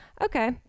Okay